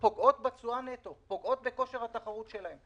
יש נוסחה מסוימת ואז מאפשרים לפתוח ולהוזיל את המחירים לכלל הציבור.